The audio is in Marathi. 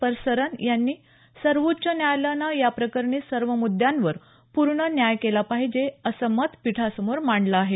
परसरन यांनी सर्वोच्च न्यायालयानं या प्रकरणी सर्व मुद्दांवर पूर्ण न्याय केला पाहिजे असं मत पिठासमोर माडंल आहे